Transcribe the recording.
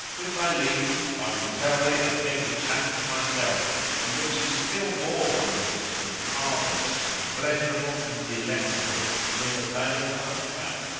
with thy leave i will tell thee a thing which happened to myself and which is still more wondrous and marvellous and pleasurable and delectable than the tale of the hunchback.